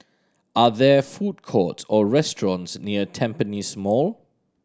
are there food courts or restaurants near Tampines Mall